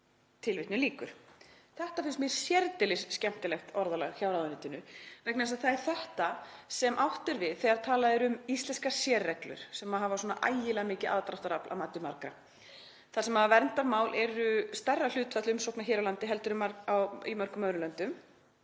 því.“ Þetta finnst mér sérdeilis skemmtilegt orðalag hjá ráðuneytinu vegna þess að það er þetta sem átt er við þegar talað er um íslenskar sérreglur, sem hafa svona ægilega mikið aðdráttarafl að mati margra. Þar sem verndarmál eru stærra hlutfall umsókna hér á landi en í mörgum öðrum